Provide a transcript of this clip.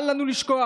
אל לנו לשכוח,